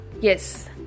yes